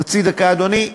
חצי דקה, אדוני.